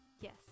Yes